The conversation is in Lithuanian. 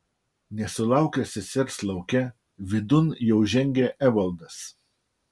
nesulaukęs sesers lauke vidun jau žengė evaldas